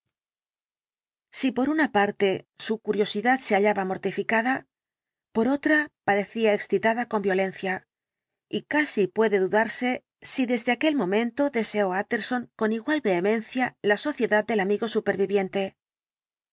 si por una parte su curiosidad se hallaba mortificada por otra parecía excitada con violencia y casi puede dudarse si desde aquel momento deseó utterson con igual vehemencia la sociedad del amigo superviviente